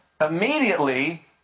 immediately